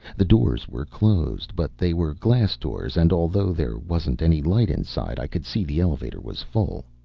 the doors were closed, but they were glass doors, and although there wasn't any light inside, i could see the elevator was full.